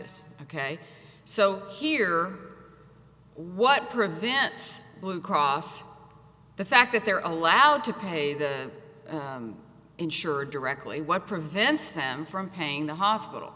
s ok so here what prevents blue cross the fact that they're allowed to pay the insurer directly what prevents them from paying the hospital